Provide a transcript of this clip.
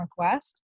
Northwest